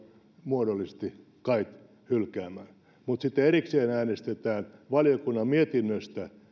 muodollisesti kai hylkäämään mutta sitten erikseen äänestetään valiokunnan mietinnöstä